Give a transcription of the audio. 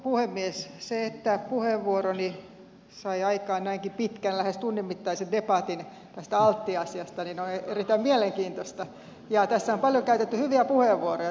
se että puheenvuoroni sai aikaan näinkin pitkän lähes tunnin mittaisen debatin tästä altia asiasta on erittäin mielenkiintoista ja tässä on paljon käytetty hyviä puheenvuoroja niin että on ollut ihan hienoa seurata niitä